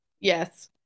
yes